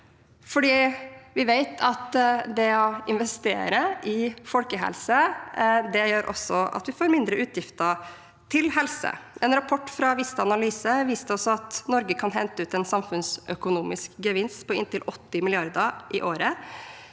vi vet at det å investere i folkehelse også gjør at vi får mindre utgifter til helse. En rapport fra Vista Analyse viste oss at Norge kan hente ut en samfunnsøkonomisk gevinst på inntil 80 mrd. kr i året